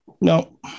No